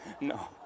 No